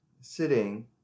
sitting